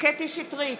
קטי קטרין שטרית,